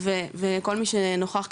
כחלק ממה שהטיבו פה